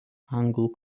anglų